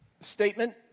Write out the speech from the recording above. statement